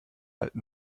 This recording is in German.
alten